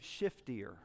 shiftier